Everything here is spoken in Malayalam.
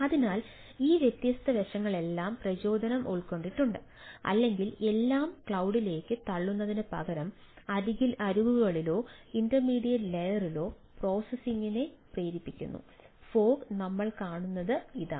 അതിനാൽ ഈ വ്യത്യസ്ത വശങ്ങളെല്ലാം പ്രചോദനം ഉൾക്കൊണ്ടിട്ടുണ്ട് അല്ലെങ്കിൽ എല്ലാം ക്ലൌഡിലേക്ക്നമ്മൾകാണുന്നത് ഇതാണ്